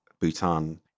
Bhutan